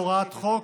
בהוראת חוק,